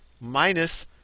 minus